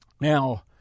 Now